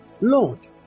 Lord